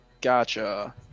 Gotcha